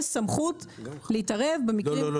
יש סמכות להתערב במקרים -- לא,